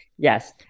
Yes